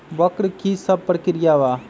वक्र कि शव प्रकिया वा?